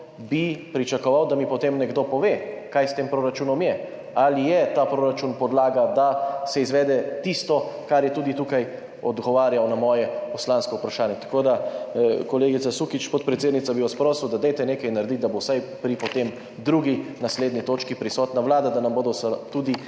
bi pričakoval, da mi potem nekdo pove, kaj s tem proračunom je, ali je ta proračun podlaga, da se izvede tisto, kar je tudi tukaj odgovarjal na moje poslansko vprašanje. Kolegica Sukič, podpredsednica, prosil bi vas, da dajte nekaj narediti, da bo vsaj potem pri drugi, naslednji točki prisotna vlada, da nam bodo tudi